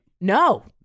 No